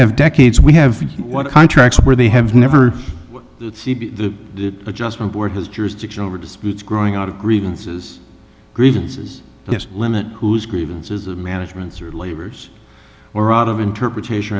have decades we have what contracts where they have never seen the adjustment board has jurisdiction over disputes growing out of grievances grievances just limit coups grievances of man terence or lawyers or out of interpretation